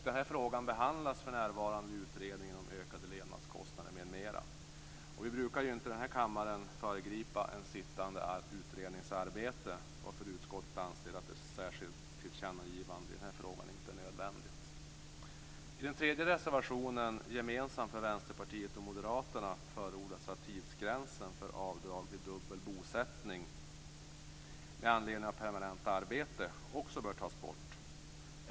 Denna fråga behandlas för närvarande i Utredningen om ökade levnadskostnader m.m. Vi brukar inte i denna kammare föregripa en sittande utrednings arbete, varför utskottet anser att ett särskilt tillkännagivande i denna fråga inte är nödvändigt. I den tredje reservationen, gemensam för Vänsterpartiet och Moderaterna, förordas att tidsgränsen för avdrag vid dubbel bosättning med anledning av permanent arbete också bör tas bort.